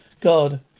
God